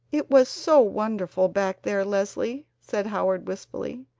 it was so wonderful back there, leslie, said howard wistfully.